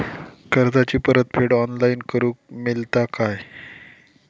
कर्जाची परत फेड ऑनलाइन करूक मेलता काय?